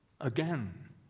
Again